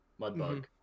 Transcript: Mudbug